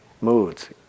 Moods